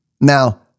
Now